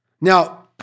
Now